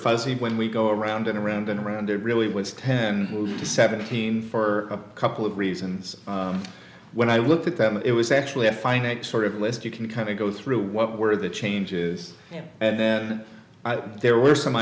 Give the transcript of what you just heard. fuzzy when we go around and around and around there really was ten to seventeen for a couple of reasons when i looked at that it was actually a finite sort of list you can kind of go through what were the changes and then there were some